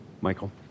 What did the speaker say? Michael